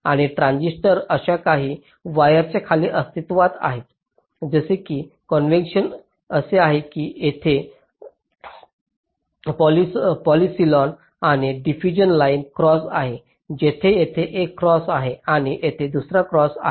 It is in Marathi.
आणि ट्रान्झिस्टर अशा काही वायर्स च्या खाली अस्तित्त्वात आहेत जसे की कॉन्व्हेंशन असे आहे की जेथे जेथे पॉलिसिलॉन आणि डिफ्यूजन लाइन क्रॉस आहे तेथे येथे एक क्रॉस आहे आणि येथे दुसरा क्रॉस आहे